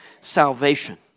salvation